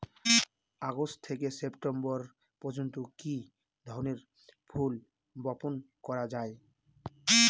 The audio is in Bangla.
আগস্ট থেকে সেপ্টেম্বর পর্যন্ত কি ধরনের ফুল বপন করা যায়?